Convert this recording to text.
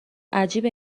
عجیبه